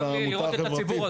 כואב לי לראות את הציבור הזה.